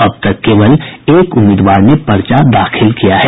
अब तक केवल एक उम्मीदवार ने पर्चा दाखिल किया है